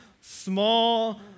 small